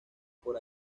por